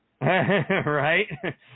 Right